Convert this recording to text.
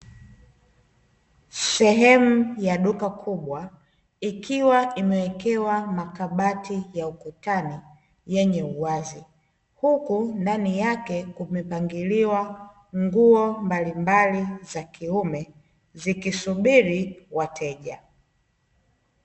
Sehemu ya duka kubwa ikiwa imewekwa makabati ya ukutani, yenye uwazi huku ndani yake kumepangiliwa nguo mbalimbali za kiume zikisubiri wateja.